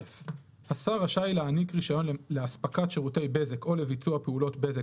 "(א)השר רשאי להעניק רישיון לאספקת שירותי בזק או לביצוע פעולת בזק,